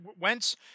Wentz